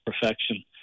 perfection